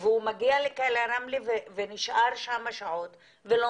והוא מגיע לכלא רמלה ונשאר שם שעות ולא